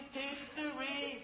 history